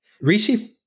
Rishi